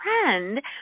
friend